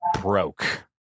broke